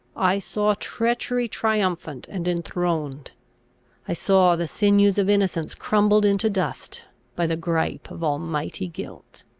i saw treachery triumphant and enthroned i saw the sinews of innocence crumbled into dust by the gripe of almighty guilt.